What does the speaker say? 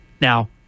Now